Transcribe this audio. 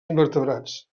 invertebrats